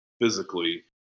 physically